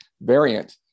variant